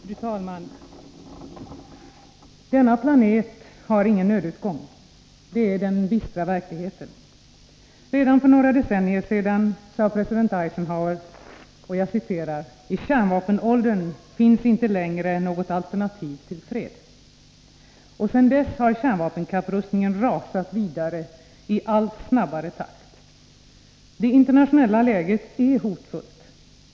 Fru talman! Denna planet har ingen nödutgång. Det är den bistra verkligheten. Redan för några decennier sedan sade president Eisenhower: ”I kärnvapenåldern finns inte längre något alternativ till fred.” Sedan dess har kärnvapenkapprustningen rasat vidare i allt snabbare takt. Det internationella läget är hotfullt.